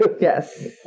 Yes